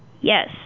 Yes